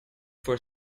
for